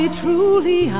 truly